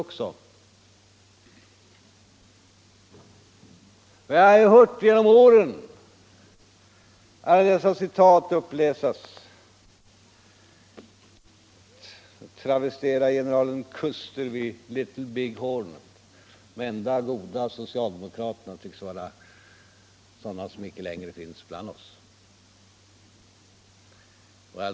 Efter att genom åren ha hört alla dessa citat skulle jag vilja göra en travestering av vad generalen Custer vid Little Big Horn sade: De enda goda socialdemokraterna tycks vara de som inte längre finns bland oss.